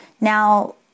Now